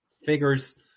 figures